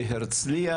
בהרצליה